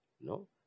No